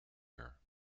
her